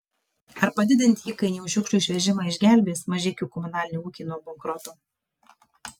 ar padidinti įkainiai už šiukšlių išvežimą išgelbės mažeikių komunalinį ūkį nuo bankroto